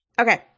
Okay